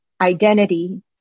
identity